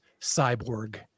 cyborg